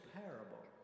parable